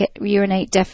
urinate